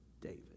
David